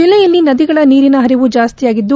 ಜಿಲ್ಲೆಯಲ್ಲಿ ನದಿಗಳ ನೀರಿನ ಹರಿವು ಜಾಸ್ತಿಯಾಗಿದ್ದು